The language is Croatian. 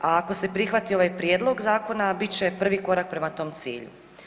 A ako se prihvati ovaj prijedlog zakona bit će prvi korak prema tom cilju.